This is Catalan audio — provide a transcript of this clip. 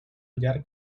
llarg